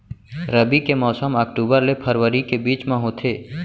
रबी के मौसम अक्टूबर ले फरवरी के बीच मा होथे